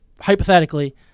hypothetically